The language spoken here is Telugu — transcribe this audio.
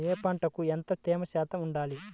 ఏ పంటకు ఎంత తేమ శాతం ఉండాలి?